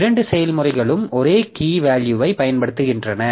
இரண்டு செயல்முறைகளும் ஒரே கீ வேல்யூவைப் பயன்படுத்துகின்றன